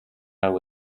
awr